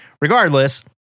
regardless